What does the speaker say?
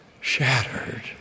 shattered